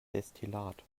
destillat